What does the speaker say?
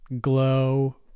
glow